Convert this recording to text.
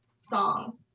song